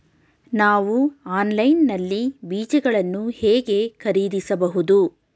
ನಾವು ಆನ್ಲೈನ್ ನಲ್ಲಿ ಬೀಜಗಳನ್ನು ಹೇಗೆ ಖರೀದಿಸಬಹುದು?